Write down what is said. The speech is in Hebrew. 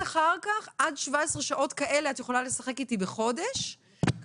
את יכולה לשחק אתי בחודש עד 17 שעות כאלה,